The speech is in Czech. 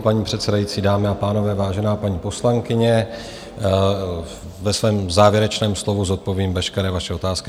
Paní předsedající, dámy a pánové, vážená paní poslankyně, ve svém závěrečném slovu zodpovím veškeré vaše otázky.